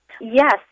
Yes